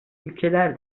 ülkeler